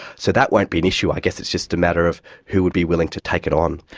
so that won't be an issue, i guess it's just a matter of who will be willing to take it on.